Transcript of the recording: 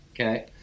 Okay